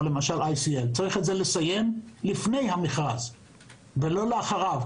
למשל ICL). צריך לסיים את זה לפני המכרז ולא לאחריו.